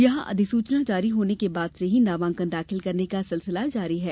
यहां अधिसुचना जारी होने के बाद से ही नामांकन दाखिल करने का सिलसिला जारी है